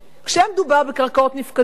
כשמדובר בקרקעות נפקדים,